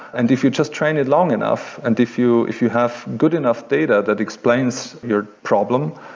and if you just train it long enough and if you if you have good enough data that explains your problem,